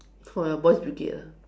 for your boys brigade ah